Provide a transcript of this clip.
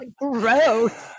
gross